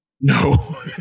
No